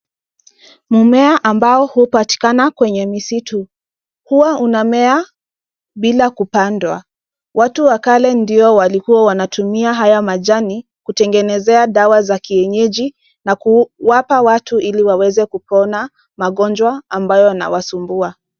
Mmea ambao hupatikana kwenye misitu huwa unamea bila kupandwa. Watu wa kale ndio walikuwa wanatumia haya majani kutengenezea dawa za kienyeji na kuwapa watu ili waweze kupona magonjwa ambayo yanawasumbua.